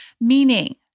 Meaning